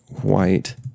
white